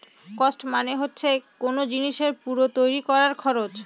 cost মানে হচ্ছে কোন জিনিসের পুরো তৈরী করার খরচ